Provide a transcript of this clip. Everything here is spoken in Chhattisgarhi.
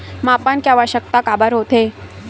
मापन के आवश्कता काबर होथे?